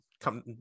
come